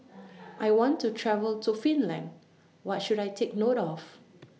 I want to travel to Finland What should I Take note of